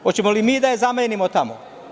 Hoćemo li mi da je zamenimo tamo?